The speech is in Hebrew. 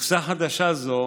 מכסה חדשה זו